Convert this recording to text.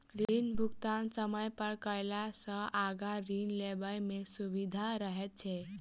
ऋण भुगतान समय पर कयला सॅ आगाँ ऋण लेबय मे सुबिधा रहैत छै